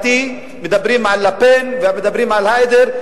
מדברים על לה-פן ומדברים על היידר.